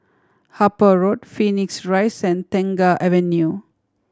Harper Road Phoenix Rise and Tengah Avenue